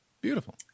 Beautiful